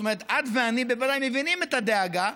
זאת אומרת, את ואני בוודאי מבינים את הדאגה.